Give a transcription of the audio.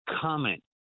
comment